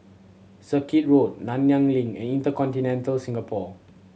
Circuit Road Nanyang Link and InterContinental Singapore